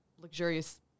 luxurious